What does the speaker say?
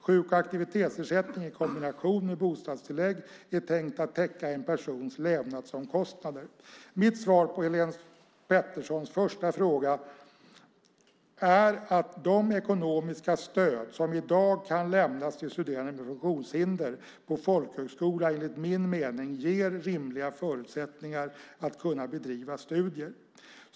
Sjuk och aktivitetsersättning i kombination med bostadstillägg är tänkt att täcka en persons levnadsomkostnader. Mitt svar på Helene Peterssons första fråga är att de ekonomiska stöd som i dag kan lämnas till studerande med funktionshinder på folkhögskola enligt min mening ger rimliga förutsättningar att bedriva studier.